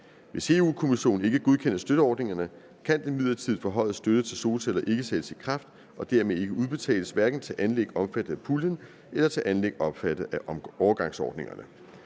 Hvis EU-Kommissionen ikke godkender støtteordningerne, kan den midlertidigt forhøjede støtte til solceller ikke sættes i kraft og dermed ikke udbetales, hverken til anlæg omfattet af puljen eller til anlæg omfattet af overgangsordningerne,